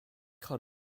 cut